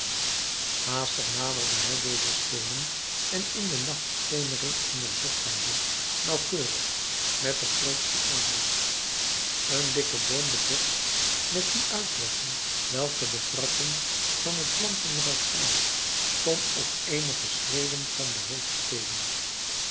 haastig naderde hij deze steenen en in de nachtschemering onderzocht hij ze nauwkeurig en met de grootste aandacht een dikke boom bedekt met die uitwassen welke de wratten van t plantenrijk zijn stond op eenige schreden van den